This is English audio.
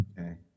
Okay